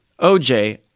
OJ